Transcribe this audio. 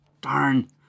darn